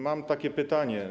Mam takie pytanie.